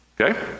Okay